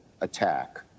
attack